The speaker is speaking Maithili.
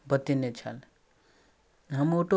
आओर हम ग्रामीण गाँव सऽ छी